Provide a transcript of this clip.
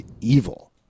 evil